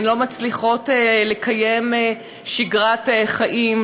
הן לא מצליחות לקיים שגרת חיים,